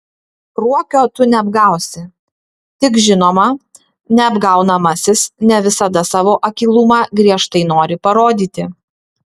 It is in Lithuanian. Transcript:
ruokio tu neapgausi tik žinoma neapgaunamasis ne visada savo akylumą griežtai nori parodyti